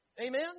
Amen